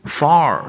far